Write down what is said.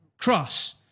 cross